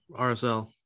RSL